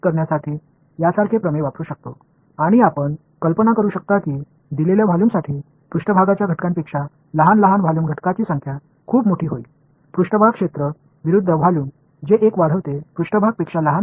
கொடுக்கப்பட்ட வால்யூமுக்கு கற்பனை செய்து பார்க்கலாம் சிறிய சிறிய வால்யூம் உறுப்புகளின் எண்ணிக்கை மேற்பரப்பில் உள்ள உறுப்புகளை விட பெரிதாகிவிடும்